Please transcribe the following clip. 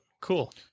Cool